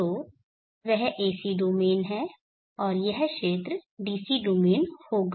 तो वह AC domain है और यह क्षेत्र DC डोमेन होगा